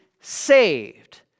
saved